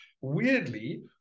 weirdly